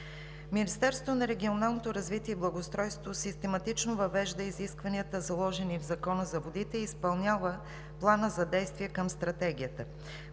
Министерството на регионалното развитие и благоустройството систематично въвежда изискванията, заложени в Закона за водите, и изпълнява Плана за действие към Стратегията.